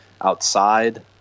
outside